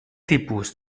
tipus